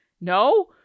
no